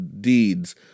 deeds